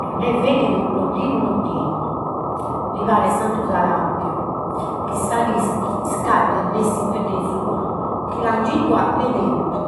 Non nd'est bennidu loddinu loddinu, mi pares Santu Salappiu, chissà chi iscaddet nessi in pedde sua. Che l'han giuttu a pé tentu,